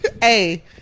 Hey